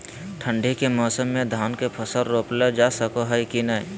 ठंडी के मौसम में धान के फसल रोपल जा सको है कि नय?